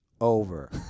over